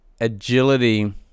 agility